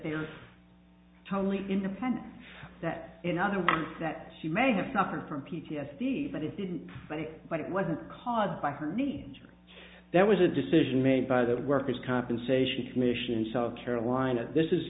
they are totally independent that in other words that she may have suffered from p t s d but it didn't but it wasn't caused by her knee injury that was a decision made by the workers compensation commission in south carolina this is